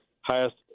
highest